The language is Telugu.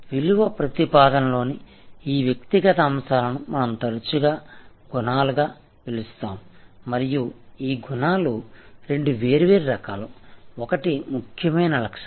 విలువ ప్రతిపాదనలోని ఈ వ్యక్తిగత అంశాలను మనం తరచుగా గుణాలుగా పిలుస్తాము మరియు ఈ గుణాలు రెండు వేర్వేరు రకాలు ఒకటి ముఖ్యమైన లక్షణం